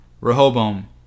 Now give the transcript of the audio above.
Rehoboam